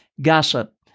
Gossip